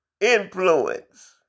influence